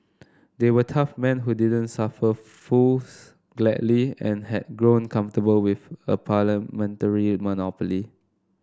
they were tough men who didn't suffer fools gladly and had grown comfortable with a parliamentary monopoly